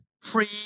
free